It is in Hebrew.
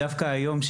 שדווקא היום,